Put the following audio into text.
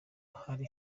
hari